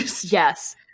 Yes